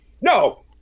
no